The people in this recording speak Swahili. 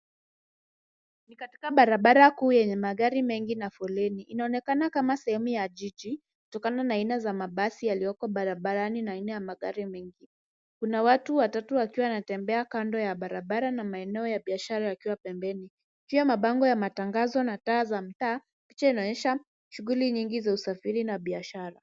Ni katika barabara kuu yenye mgari mengi na foleni. Inaonekana kama sehemu ya jiji, kutokana na aina za mabasi yaliyoko barabarani, na aina ya magari mengi. Kuna watu watatu wakiwa wanatembea kando ya barabara na maeneo ya biashara yakiwa pembeni, pia mabango ya matangazo na taa za mtaa. Picha inaonyesha shughuli nyingi za usafiri na biashara.